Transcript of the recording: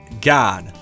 God